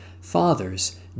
Fathers